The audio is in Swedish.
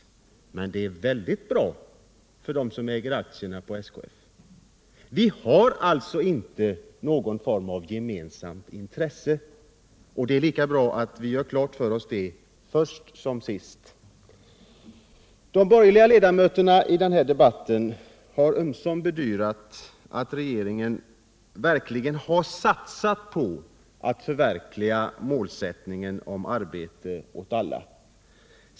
Men det är väldigt bra för dem som äger aktierna på SKF. Vi har alltså inte något gemensamt intresse, och det är lika bra att vi gör det klart för oss först som sist. De borgerliga ledamöterna i den här debatten har bedyrat att regeringen verkligen har satsat på att förverkliga målsättningen om arbete åt alla.